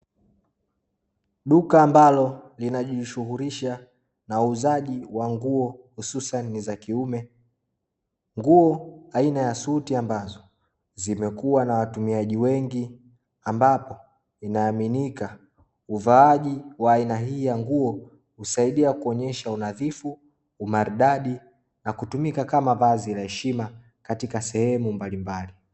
Duka ambalo linajishughulisha na uuzaji wa nguo hususani za kiume; nguo aina ya suti ambazo zimekuwa na watumiaji wengi, ambapo inaaminika uvaaji wa aina hii ya nguo husaidia kuonyesha, unadhifu, umardadi na kutumika kama vazi la heshima katika sehemu mbalimbali.